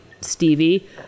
stevie